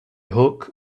hook